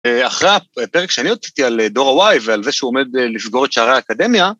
אחרי הפרק שאני הוצאתי על דור ה-Y ועל זה שהוא עומד לסגור את שערי האקדמיה.